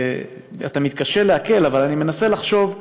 אתה מתקשה לעכל, אבל אני מנסה לחשוב: